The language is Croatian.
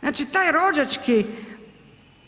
Znači taj rođački